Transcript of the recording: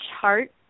chart